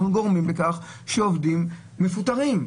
אנחנו גורמים לכך שעובדים מפוטרים.